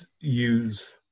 use